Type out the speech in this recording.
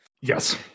Yes